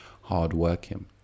hardworking